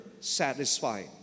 satisfied